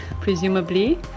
presumably